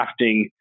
crafting